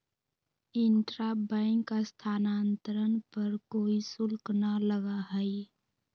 intra bank स्थानांतरण पर कोई शुल्क ना लगा हई